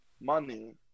money